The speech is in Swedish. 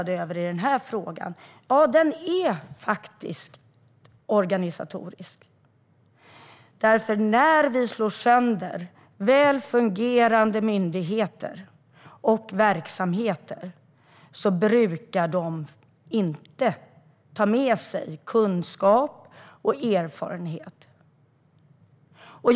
Den här frågan är faktiskt organisatorisk. Det jag är bekymrad över är att välfungerande myndigheter och verksamheter inte brukar ta med sig kunskap och erfarenhet när vi slår sönder dem.